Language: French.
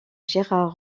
gérard